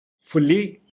fully